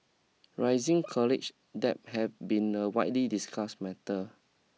rising college debt had been a widely discuss matter